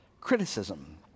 Criticism